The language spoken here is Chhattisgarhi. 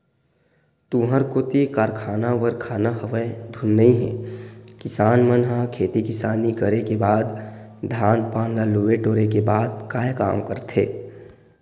तुँहर कोती कारखाना वरखाना हवय धुन नइ हे किसान मन ह खेती किसानी करे के बाद धान पान ल लुए टोरे के बाद काय काम करथे?